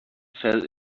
fell